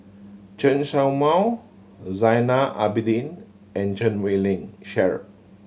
Chen Show Mao Zainal Abidin and Chan Wei Ling Cheryl